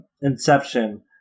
Inception